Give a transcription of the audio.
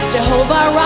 Jehovah